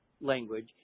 language